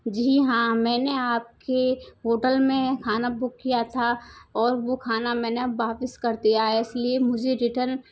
जी हाँ मैंने आपके होटल में खाना बुक किया था और वो खाना मैंने वापिस कर दिया है इसीलिए मुझे रिटर्न